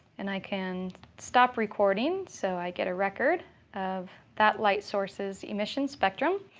and i can stop recording so i get a record of that light source's emission spectrum.